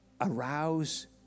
arouse